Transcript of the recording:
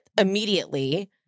immediately